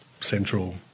Central